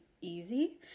easy